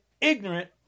ignorant